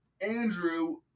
Andrew